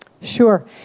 Sure